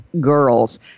girls